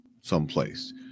someplace